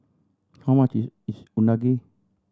how much is is Unagi